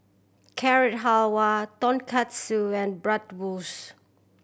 Carrot Halwa Tonkatsu and Bratwurst